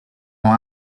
con